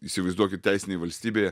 įsivaizduokit teisinėj valstybėje